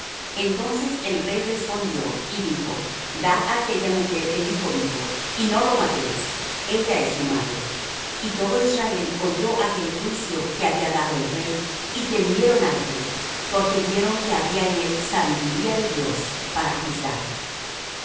entonces el rey respondió y dijo dad á aquélla el hijo vivo y no lo matéis ella es su madre y todo israel oyó aquel juicio que había dado el rey y temieron al rey porque vieron que había en él sabiduría de dios para juzgar